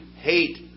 hate